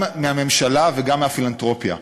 גם מהממשלה וגם מהפילנתרופיה.